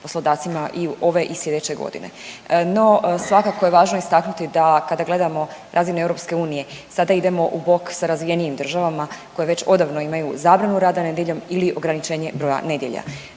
poslodavcima i ove i slijedeće godine. No svakako je važno istaknuti da kada gledamo na razini EU sada idemo u bok sa razvijenijim državama koje već odavno imaju zabranu rada nedjeljom ili ograničenje broja nedjelja